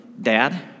dad